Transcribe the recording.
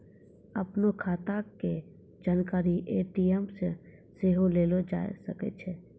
अपनो खाता के जानकारी ए.टी.एम से सेहो लेलो जाय सकै छै